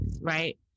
right